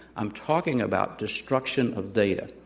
i'm talking about destruction of data.